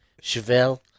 Chevelle